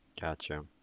Gotcha